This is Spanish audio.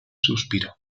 suspiró